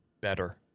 better